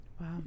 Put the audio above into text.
Wow